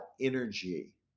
energy